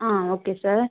ah okay sir